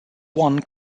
one